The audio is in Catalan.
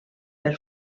per